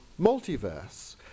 multiverse